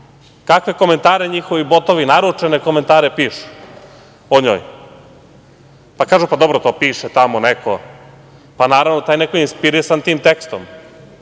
kakve komentare njihovi botovi, naručene komentare pišu o njoj. Pa, kažu – dobro, to piše tamo neko. Pa naravno, taj neko je inspirisan tim tekstom